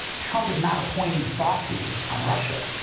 trump is not appointing softies on russia.